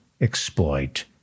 exploit